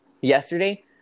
Yesterday